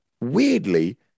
weirdly